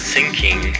Sinking